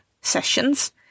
sessions